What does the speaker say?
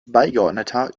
beigeordneter